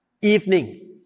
evening